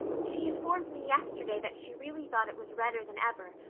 she informed me yesterday that she really thought it was redder than ever,